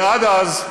ועד אז,